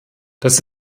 das